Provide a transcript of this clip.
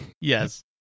Yes